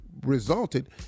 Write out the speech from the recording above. resulted